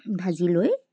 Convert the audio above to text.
ভাজি লৈ